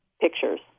pictures